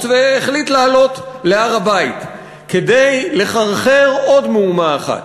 והחליט לעלות להר-הבית כדי לחרחר עוד מהומה אחת,